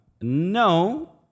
No